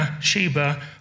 Sheba